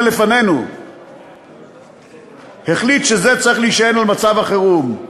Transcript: לפנינו החליט שזה צריך להישען על מצב החירום.